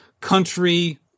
country